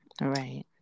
right